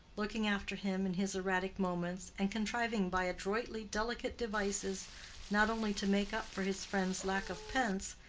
looking after him in his erratic moments, and contriving by adroitly delicate devices not only to make up for his friend's lack of pence,